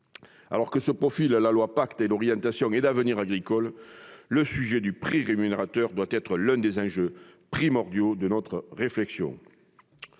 Alors que se profilent le pacte et la loi d'orientation et d'avenir agricoles, le sujet du prix rémunérateur doit être l'un des enjeux primordiaux de notre réflexion.